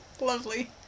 Lovely